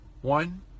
One